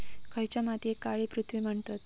खयच्या मातीयेक काळी पृथ्वी म्हणतत?